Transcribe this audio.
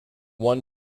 one